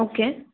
okay